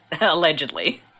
Allegedly